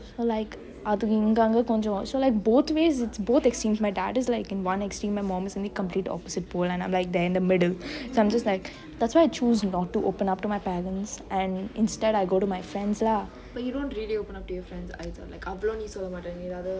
so like அது இங்க அங்க கொஞ்சொ:athu ingge angge konjo so like both ways it's both extremes my dad is like in on extreme my mom is in the complete opposite pole and I'm like there in the middle so I'm just like that's why I choose to not open up to my parents and instead I go to my friends lah